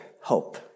hope